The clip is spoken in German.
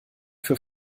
für